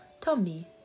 Tommy